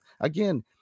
again